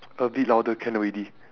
a bit louder can already